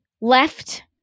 left